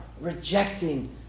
rejecting